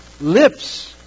lips